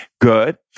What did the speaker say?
Good